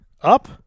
Up